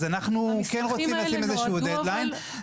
אז אנחנו כן רוצים לשים איזה שהוא דד ליין.